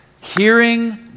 Hearing